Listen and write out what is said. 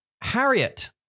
Harriet